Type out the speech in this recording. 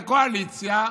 בקואליציה,